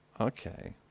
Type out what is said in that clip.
Okay